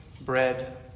bread